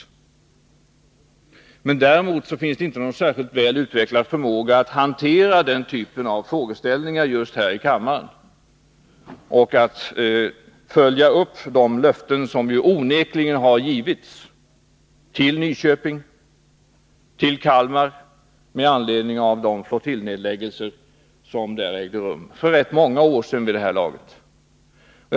Däremot finns det just här i kammaren inte någon särskilt väl utvecklad förmåga att hantera denna typ av frågeställningar och att följa upp de löften som onekligen har givits till Nyköping, Kalmar och Västerås, med anledning av de flottiljnedläggelser som ägt rum där, vid det här laget för rätt många år sedan i de förstnämnda fallen.